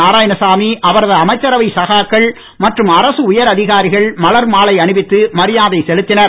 நாராயணசாமி அவரது அமைச்சரவை சகாக்கள் மற்றும் அரசு உயர் அதிகாரிகள் மலர்மாலை அணிவித்து மரியாதை செலுத்தினர்